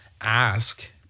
ask